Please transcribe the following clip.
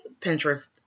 Pinterest